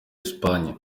esipanye